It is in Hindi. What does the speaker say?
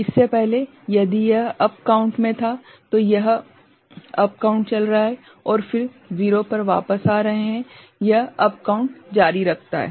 इससे पहले यदि यह अप काउंट में था तो यह अप काउंट चल रहा है है और फिर 0 पर वापस आ रहे है यह अप काउंट जारी रखता है